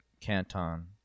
Canton